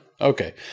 Okay